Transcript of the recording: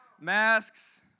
masks